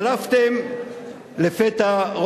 שלפתם לפתע,